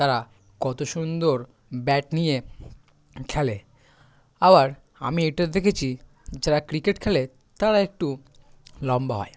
তারা কতো সুন্দর ব্যাট নিয়ে খেলে আবার আমি এটা দেখেছি যারা ক্রিকেট খেলে তারা একটু লম্বা হয়